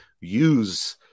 use